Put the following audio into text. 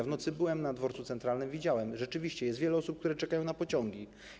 W nocy byłem na Dworcu Centralnym, widziałem to, rzeczywiście jest wiele osób, które czekają na pociągi.